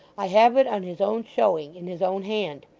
i have it on his own showing in his own hand.